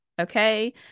okay